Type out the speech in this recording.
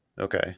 Okay